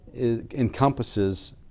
encompasses